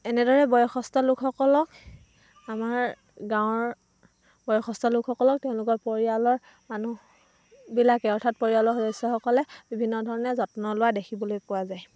এনেদৰে বয়সস্থ লোকসকলক আমাৰ গাঁৱৰ বয়সস্থ লোকসকলক তেওঁলোকৰ পৰিয়ালৰ মানুহবিলাকে অৰ্থাৎ পৰিয়ালৰ সদস্য সকলে বিভিন্ন ধৰণে যত্ন লোৱা দেখিবলৈ পোৱা যায়